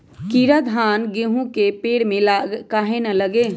कीरा धान, गेहूं के पेड़ में काहे न लगे?